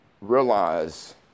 realize